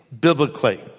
biblically